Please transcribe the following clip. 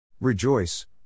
Rejoice